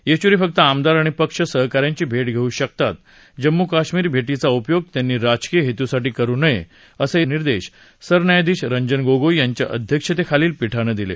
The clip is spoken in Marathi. येचुरी फक्त आमदार आणि पक्ष सहकाऱ्यांची भेट घेऊ शकतात जम्मू काश्मीर भेटीचा उपयोग त्यांनी राजकीय हेतूसाठी करू नये असे निर्देश सरन्यायाधीश रंजन गोगोई यांच्या अध्यक्षतेखालील पिठानं दिले